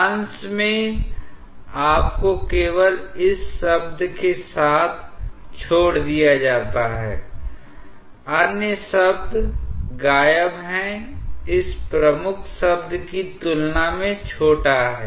अंश में आपको केवल इस शब्द के साथ छोड़ दिया जाता है अन्य शब्द गायब हैं इस प्रमुख शब्द की तुलना में छोटा है